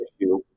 issue